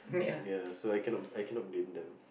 so ya so I cannot I cannot blame them